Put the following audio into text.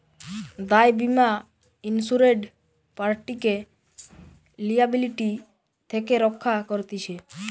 দায় বীমা ইন্সুরেড পার্টিকে লিয়াবিলিটি থেকে রক্ষা করতিছে